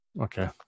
Okay